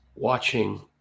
Watching